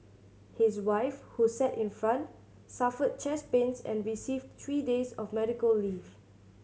his wife who sat in front suffered chest pains and received three days of medical leave